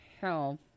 health